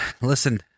listen